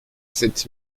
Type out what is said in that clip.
sept